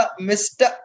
Mr